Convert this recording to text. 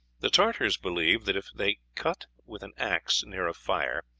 the tartars believe that if they cut with an axe near a fire,